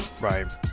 Right